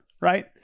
right